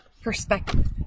perspective